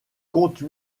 compte